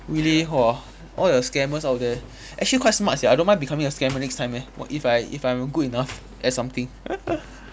really hor all the scammers out there actually quite smart sia I don't mind becoming a scammer next time eh if I if I'm good enough at something